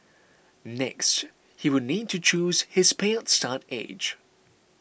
next he would need to choose his payout start age